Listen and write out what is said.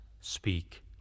speak